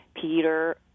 peter